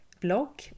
blog